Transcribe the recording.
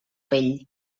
pell